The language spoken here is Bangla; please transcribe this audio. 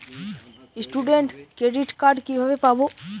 স্টুডেন্ট ক্রেডিট কার্ড কিভাবে পাব?